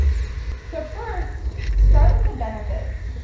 so first, start with the benefits.